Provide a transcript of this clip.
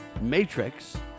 Matrix